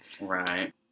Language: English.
Right